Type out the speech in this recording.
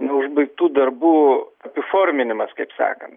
neužbaigtų darbų įforminimas kaip sakant